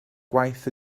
gwaith